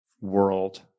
world